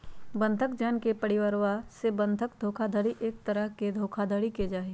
बंधक जन के परिवरवा से बंधक धोखाधडी एक तरह के धोखाधडी के जाहई